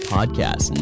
Podcast